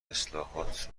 اصلاحات